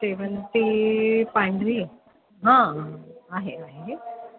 शेवंती पांढरी आहे हां आहे आहे